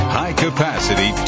high-capacity